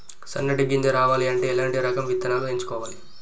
సన్నటి గింజ రావాలి అంటే ఎలాంటి రకం విత్తనాలు ఎంచుకోవాలి?